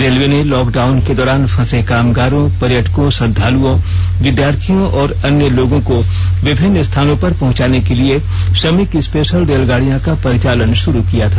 railway ने lockdown के दौरान फंसे कामगारों पर्यटकों श्रद्दालुओं विद्यार्थियों और अन्य लोगों को विभिन्न स्थानों पर पहुंचाने के लिए श्रमिक स्पेशल रेलगाड़ियों का परिचालन शुरू किया था